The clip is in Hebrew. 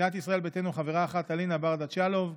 סיעת ישראל ביתנו, חברה אחת, אלינה ברדץ יאלוב,